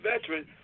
veteran